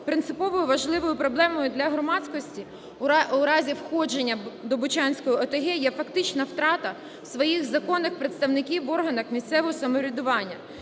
Принциповою важливою проблемою для громадськості у разі входження доБучанської ОТГ є фактична втрата своїх законних представників в органах місцевого самоврядування.